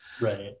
Right